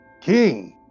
King